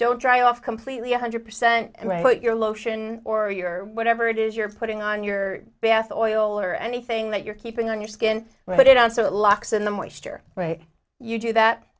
don't dry off completely one hundred percent but your lotion or your whatever it is you're putting on your bath oil or anything that you're keeping on your skin but it also it locks in the moisture right you do that